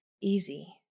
easy